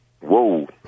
Whoa